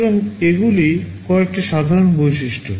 সুতরাং এগুলি কয়েকটি সাধারণ বৈশিষ্ট্য